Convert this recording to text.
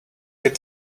get